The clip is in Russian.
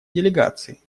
делегации